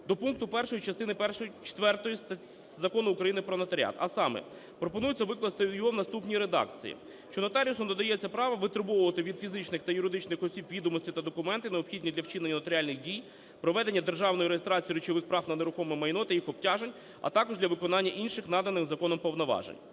до пункту 1 частини четвертої Закону України "Про нотаріат", а саме: пропонується викласти його в наступній редакції, що нотаріусам надається право витребовувати від фізичних та юридичних осіб відомості та документи, необхідні для вчинення нотаріальних дій, проведення державної реєстрації речових прав на нерухоме майно та їх обтяжень, а також для виконання інших наданих законом повноважень.